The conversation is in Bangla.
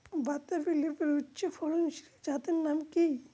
বাতাবি লেবুর উচ্চ ফলনশীল জাতের নাম কি?